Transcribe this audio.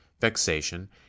vexation